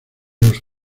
los